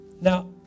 Now